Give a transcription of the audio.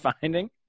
finding